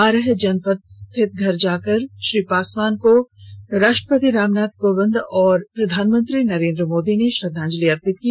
बारह जनपद स्थित घर में श्री पासवान को राष्ट्रपति रामनाथ कोविन्द और प्रधानमंत्री नरेन्द्र मोदी ने श्रद्वांजलि अर्पित की